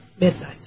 midnight